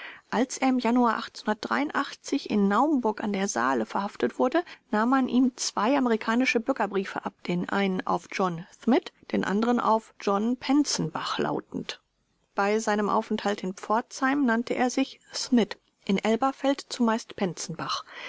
als er im januar in naumburg a d s verhaftet wurde nahm man ihm zwei amerikanische bürgerbriefe ab den einen auf john shmitt den anderen auf john penzenbach lautend bei seinem aufenthalt in pforzheim nannte er sich shmitt in elberfeld zumeist penzenbach